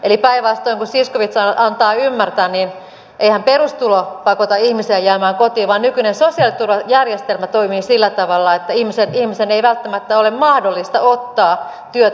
eli päinvastoin kuin zyskowicz antaa ymmärtää eihän perustulo pakota ihmisiä jäämään kotiin vaan nykyinen sosiaaliturvajärjestelmä toimii sillä tavalla että ihmisen ei välttämättä ole mahdollista ottaa työtä vastaan